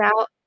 out